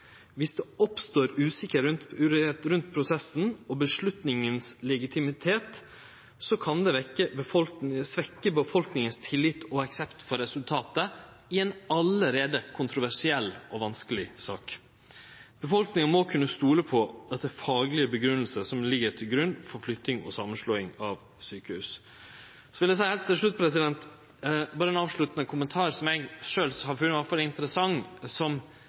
Viss det oppstår uvisse rundt prosessen og legitimiteten til avgjerda, kan det svekkje befolkninga sin tillit og aksept for resultatet i ei allereie kontroversiell og vanskeleg sak. Befolkninga må kunne stole på at det er faglege grunngjevingar som ligg til grunn for flytting og samanslåing av sjukehus. Så vil eg heilt til slutt berre kome med ein avsluttande kommentar om noko som eg